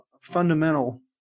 fundamental